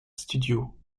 studios